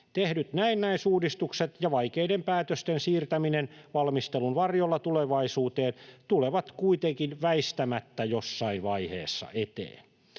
Tehdyt näennäisuudistukset ja vaikeiden päätösten siirtäminen valmistelun varjolla tulevaisuuteen tulevat kuitenkin väistämättä jossain vaiheessa eteen.